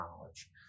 knowledge